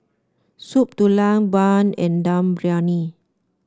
Soup Tulang bun and Dum Briyani